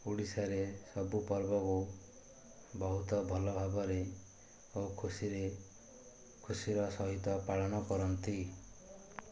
ଓଡ଼ିଶାରେ ସବୁ ପର୍ବକୁ ବହୁତ ଭଲ ଭାବରେ ଓ ଖୁସିରେ ଖୁସିର ସହିତ ପାଳନ କରନ୍ତି